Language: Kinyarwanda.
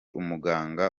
umuganga